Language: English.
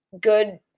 good